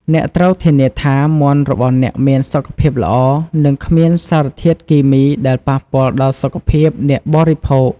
អ្នកត្រូវធានាថាមាន់របស់អ្នកមានសុខភាពល្អ និងគ្មានសារធាតុគីមីដែលប៉ះពាល់ដល់សុខភាពអ្នកបរិភោគ។